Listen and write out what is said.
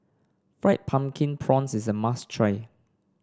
Fried Pumpkin Prawns is a must try